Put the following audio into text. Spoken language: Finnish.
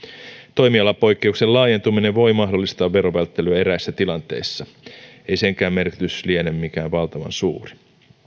toimialapoikkeuksen laajentuminen voi mahdollistaa verovälttelyä eräissä tilanteissa ei senkään merkitys liene mikään valtavan suuri